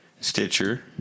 Stitcher